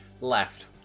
Left